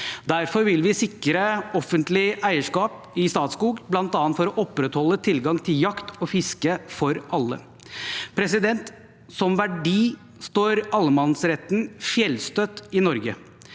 Derfor vil vi sikre offentlig eierskap i Statskog, bl.a. for å opprettholde tilgangen til jakt og fiske for alle. Som verdi står allemannsretten fjellstøtt i Norge,